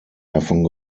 davon